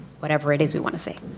whatever it is we want to say.